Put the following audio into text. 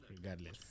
Regardless